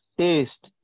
taste